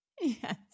Yes